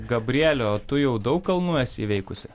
gabriele o tu jau daug kalnų esi įveikusi